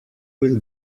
will